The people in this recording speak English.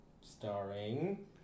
starring